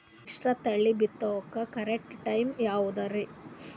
ಮಿಶ್ರತಳಿ ಬಿತ್ತಕು correct time ಯಾವುದರಿ?